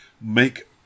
make